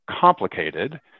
complicated